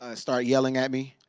ah start yelling at me.